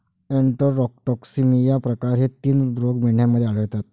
enterotoxaemia प्रकार हे तीन रोग मेंढ्यांमध्ये आढळतात